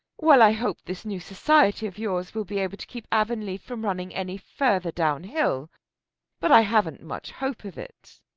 well, i hope this new society of yours will be able to keep avonlea from running any further down hill but i haven't much hope of it.